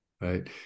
right